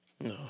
No